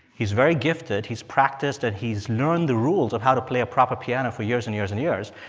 he's very gifted. he's practiced and he's learned the rules of how to play a proper piano for years and years and years.